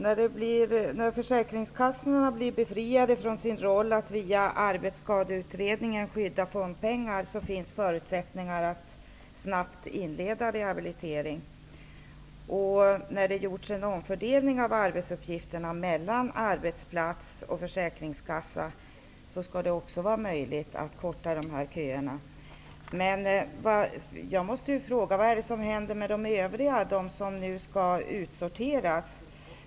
Fru talman! När försäkringskassorna blir befriade från sin roll att via arbetsskadeutredningar skydda fondpengar finns det förutsättningar att snabbt inleda en rehabilitering. När det har gjorts en omfördelning av arbetsuppgifterna mellan arbetsplats och försäkringskassa kommer köerna att kortas. Men jag måste fråga: Vad händer med de övriga, de som skall utsorteras?